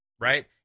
right